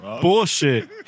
Bullshit